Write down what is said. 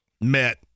met